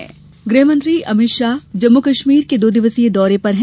अमित शाह गृहमंत्री अमित शाह जम्मू कश्मीर के दो दिवसीय दौरे पर हैं